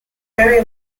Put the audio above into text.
very